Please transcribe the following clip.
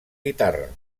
guitarra